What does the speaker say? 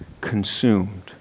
consumed